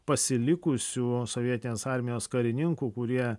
pasilikusių sovietinės armijos karininkų kurie